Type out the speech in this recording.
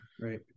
Right